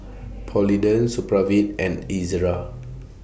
Polident Supravit and Ezerra